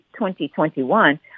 2021